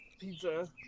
pizza